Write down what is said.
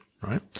right